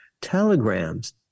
telegrams